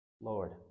Lord